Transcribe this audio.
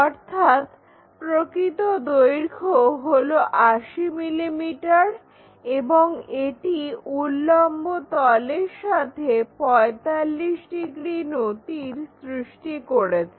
অর্থাৎ প্রকৃত দৈর্ঘ্য হলো 80 mm এবং এটি উল্লম্ব তলের সঙ্গে 45 ডিগ্রি নতির সৃষ্টি করেছে